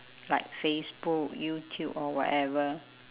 like facebook youtube or whatever